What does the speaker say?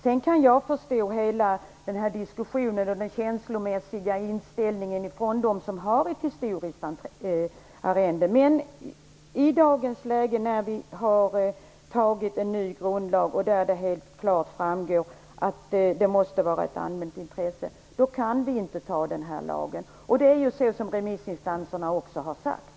Jag kan ändå förstå hela den här diskussionen och det känslomässiga engagemanget hos dem som har ett historiskt arrende, men i dagens läge, med en ny grundlag där det helt klart framgår att det måste vara fråga om ett allmänt intresse, kan vi inte anta den här lagen. Detta är också vad remissinstanserna har sagt.